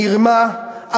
מרמה,